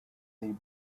the